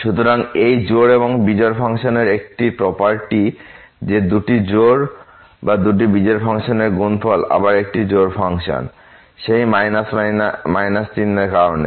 সুতরাং এই হল জোড় এবং বিজোড় ফাংশনের একটি প্রপার্টি যে দুটি জোড় বা দুটি বিজোড় ফাংশনের গুণফল আবার একটি জোড় ফাংশন সেই চিহ্নের কারণে